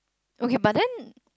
okay but then